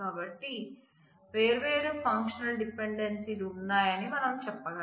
కాబట్టి వేర్వేరు ఫంక్షనల్ డిపెండెన్సీలు ఉన్నాయని మనము చెప్పగలం